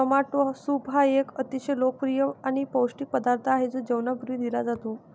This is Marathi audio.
टोमॅटो सूप हा एक अतिशय लोकप्रिय आणि पौष्टिक पदार्थ आहे जो जेवणापूर्वी दिला जातो